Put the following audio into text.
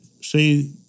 See